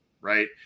right